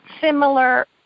similar